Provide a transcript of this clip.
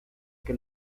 que